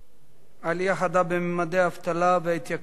העלייה החדה בממדי האבטלה וההתייקרויות במשק.